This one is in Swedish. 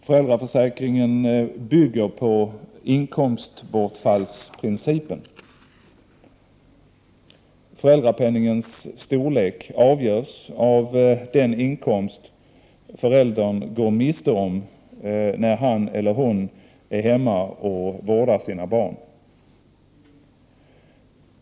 Föräldraförsäkringen bygger på inkomstbortfallsprincipen. Föräldrapenningens storlek avgörs av den inkomst föräldern går miste om när han eller hon är hemma och vårdar sina barn.